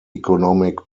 economic